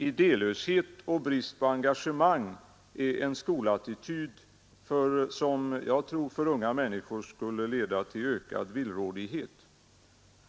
Idélöshet och brist på engagemang är en skolattityd som jag tror för unga människor skulle leda till ökad villrådighet.